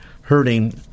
hurting